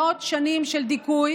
מאות שנים של דיכוי,